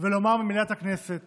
ולומר ממליאת הכנסת